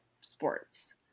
sports